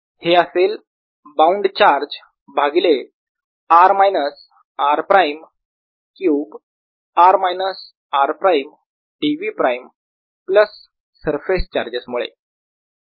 हे असेल bound charge भागिले r minus r prime cube r minus r prime d v prime plus surface charges मुळे Er Vr14π0freer rr r3dV14π0